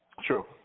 True